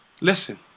listen